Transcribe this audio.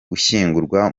gushyingura